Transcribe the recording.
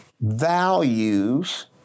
Values